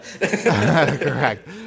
correct